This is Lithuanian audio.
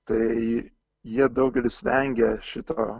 tai jie daugelis vengia šito